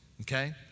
okay